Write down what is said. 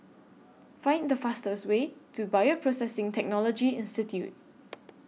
Find The fastest Way to Bioprocessing Technology Institute